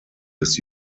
des